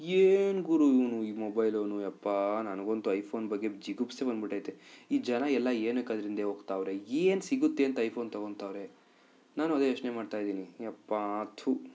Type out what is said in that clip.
ಏನು ಗುರು ಇವನು ಈ ಮೊಬೈಲ್ ಅವನು ಅಪ್ಪಾ ನನಗಂತೂ ಐಫೋನ್ ಬಗ್ಗೆ ಜಿಗುಪ್ಸೆ ಬಂದುಬಿಟೈತೆ ಈ ಜನ ಎಲ್ಲ ಏನಕ್ಕೆ ಅದ್ರ ಹಿಂದೆ ಹೋಗ್ತವ್ರೆ ಏನು ಸಿಗುತ್ತೆ ಅಂತ ಐಫೋನ್ ತೊಗೊಳ್ತವ್ರೆ ನಾನು ಅದೇ ಯೋಚನೆ ಮಾಡ್ತಾ ಇದೀನಿ ಅಪ್ಪಾ ಥೂ